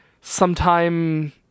sometime